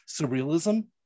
surrealism